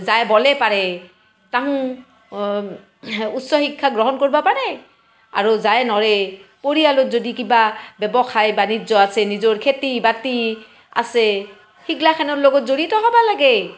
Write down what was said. যায় বলে পাৰে তাহুন উচ্চ শিক্ষা গ্ৰহণ কৰবা পাৰে আৰু যায় নৰে পৰিয়ালত যদি কিবা ব্যৱসায় বাণিজ্য আছে নিজৰ খেতি বাতি আছে সেইগ্লা খানৰ লগত জড়িত হ'ব লাগে